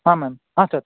ಹಾಂ ಮ್ಯಾಮ್ ಹಾಂ ಸರ್